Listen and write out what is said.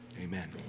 Amen